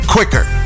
Quicker